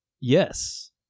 Yes